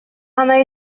она